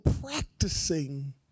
practicing